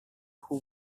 who